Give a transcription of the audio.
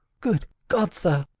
good god, sir!